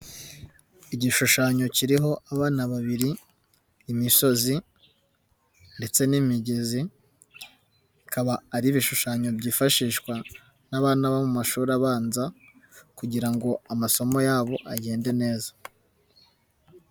Igishushanyo kiriho abana babiri, imisozi, ndetse n'imigezi bikaba ari ibishushanyo byifashishwa n'abana bo mu mashuri abanza kugira ngo amasomo yabo agende neza.